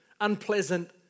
unpleasant